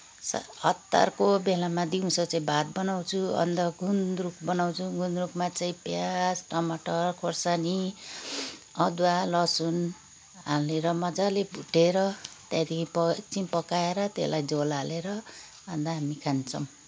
स हतारको बेलामा दिउँसो चाहिँ भात बनाउँछु अन्त गुन्द्रुक बनाउँछु गुन्द्रुकमा चाहिँ प्याज टमाटर खोर्सानी अदुवा लसुन हालेर मज्जाले भुटेर त्यहाँदेखि प एकछिन पकाएर त्यसलाई झोल हालेर अन्त हामी खान्छौँ